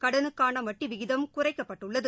கடனுக்கான வட்டி விகிதம் குறைக்கப்பட்டுள்ளது